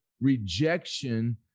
rejection